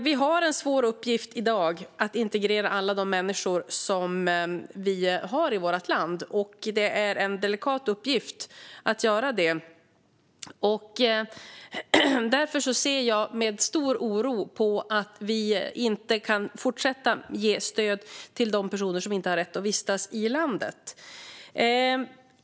Vi har en svår uppgift i dag med att integrera alla de människor som vi har i vårt land. Det är en delikat uppgift att göra det. Jag ser därför med stor oro på vad som sker. Vi kan inte fortsätta att ge stöd till de personer som inte har rätt att vistas i landet.